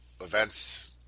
events